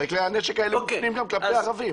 הרי כלי הנשק האלה מופנים גם כלפי ערבים.